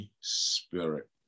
spirit